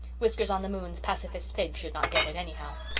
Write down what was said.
whiskers-on-the-moon's pacifist pig should not get it, anyhow.